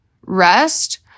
rest